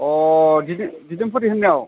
अ दिदोमफुरि होननायाव